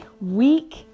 week